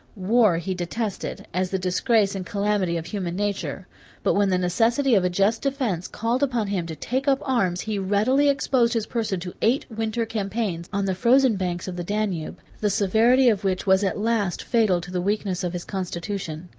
war he detested, as the disgrace and calamity of human nature but when the necessity of a just defence called upon him to take up arms, he readily exposed his person to eight winter campaigns, on the frozen banks of the danube, the severity of which was at last fatal to the weakness of his constitution.